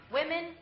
Women